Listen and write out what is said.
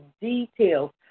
details